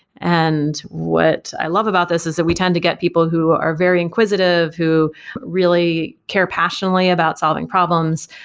and what i love about this is that we tend to get people who are very inquisitive, who really care passionately about solving problems,